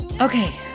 okay